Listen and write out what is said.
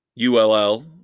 ULL